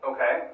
Okay